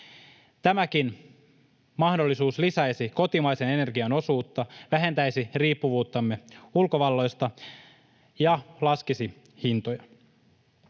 Tämäkin mahdollisuus lisäisi kotimaisen energian osuutta, vähentäisi riippuvuuttamme ulkovalloista ja laskisi hintoja.